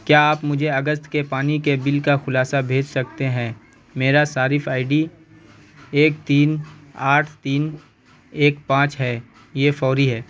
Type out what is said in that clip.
کیا آپ مجھے اگست کے پانی کے بل کا خلاصہ بھیج سکتے ہیں میرا صارف آئی ڈی ایک تین آٹھ تین ایک پانچ ہے یہ فوری ہے